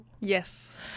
Yes